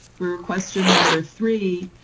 for question number three,